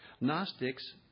Gnostics